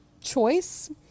choice